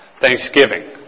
Thanksgiving